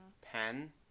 pen